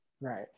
Right